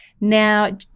Now